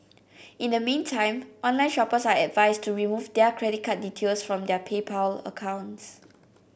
in the meantime online shoppers are advised to remove their credit card details from their PayPal accounts